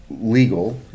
Legal